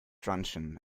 truncheon